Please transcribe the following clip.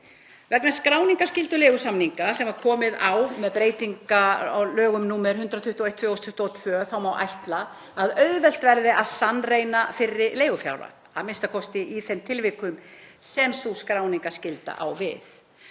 Vegna skráningarskyldu leigusamninga sem var komið á með breytingalögum nr. 121/2022 má ætla að auðvelt verði að sannreyna fyrri leigufjárhæð, a.m.k. í þeim tilvikum sem sú skráningarskylda á við.